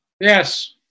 Yes